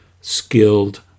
skilled